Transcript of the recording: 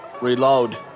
Reload